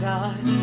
God